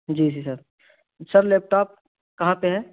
جی جی sir sir laptop کہاں پہ ہے